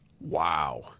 Wow